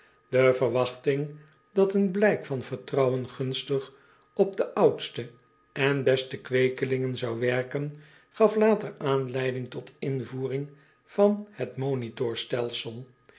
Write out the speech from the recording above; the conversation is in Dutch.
de verwachting dat een blijk van vertrouwen gunstig op de oudste en beste kweekelingen zou werken gaf later aanleiding tot invoeren van het